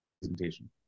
presentation